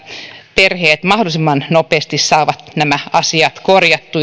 perheet mahdollisimman nopeasti saavat nämä asiat